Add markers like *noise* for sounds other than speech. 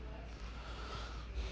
*breath*